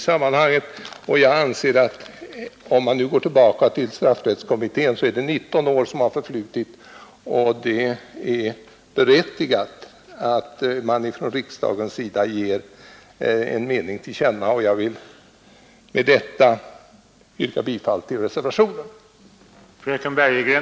Om man går tillbaka till straffrättskommittén har 19 år förflutit och det är berättigat att riksdagen ger en mening till känna i denna fråga. Med det anförda vill jag yrka bifall till reservationen.